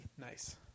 Nice